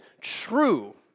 true